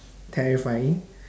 terrifying